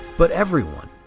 but everyone,